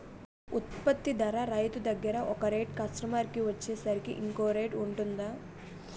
ఉత్పత్తి ధర రైతు దగ్గర ఒక రేట్ కస్టమర్ కి వచ్చేసరికి ఇంకో రేట్ వుంటుందా?